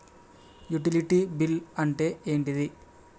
Utility bill అంటే ఏంటిది?